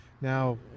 Now